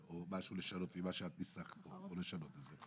פ/1416/24, כ/903.